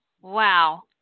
Wow